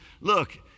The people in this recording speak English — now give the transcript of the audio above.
look